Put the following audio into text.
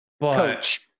Coach